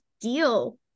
deal